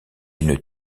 une